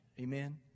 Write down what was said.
Amen